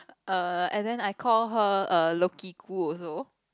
err and then I call her lokiku also